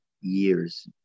years